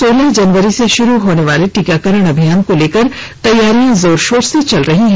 सोलह जनवरी से शुरू होने वाली टीकाकरण अभियान से लेकर तैयारियां जोर शोर से चल रही हैं